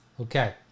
Okay